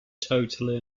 totally